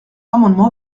amendement